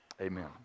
Amen